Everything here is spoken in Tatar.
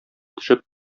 төшеп